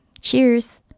Cheers